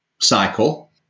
cycle